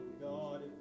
God